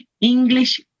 English